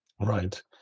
right